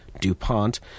DuPont